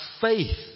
faith